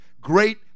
great